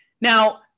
Now